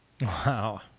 Wow